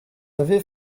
avait